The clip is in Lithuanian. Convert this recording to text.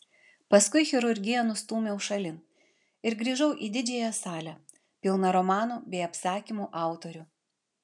paskui chirurgiją nustūmiau šalin ir grįžau į didžiąją salę pilną romanų bei apsakymų autorių